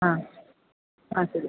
ആ ആ ശരി